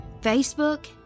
Facebook